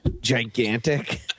gigantic